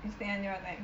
is there anyone there